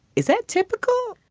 is it typical?